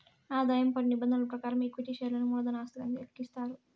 ఆదాయం పన్ను నిబంధనల ప్రకారం ఈక్విటీ షేర్లను మూలధన ఆస్తిగానే లెక్కిస్తారు